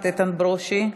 איתן ברושי,